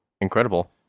incredible